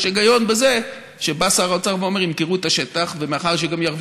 יש היגיון בזה שבא שר אוצר ואומר,